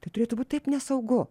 tai turėtų būt taip nesaugu